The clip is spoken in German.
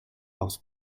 aus